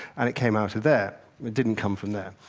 and it came out of there. it didn't come from there.